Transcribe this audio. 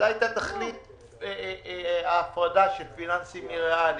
זאת הייתה תכלית ההפרדה של פיננסים מריאליים.